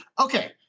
Okay